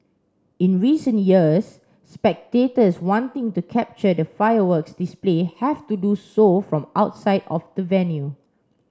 in recent years spectators wanting to capture the fireworks display have to do so from outside of the venue